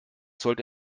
sollte